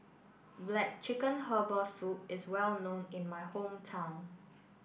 Black Chicken Herbal Soup is well known in my hometown